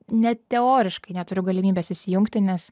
net teoriškai neturiu galimybės įsijungti nes